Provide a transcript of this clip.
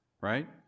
right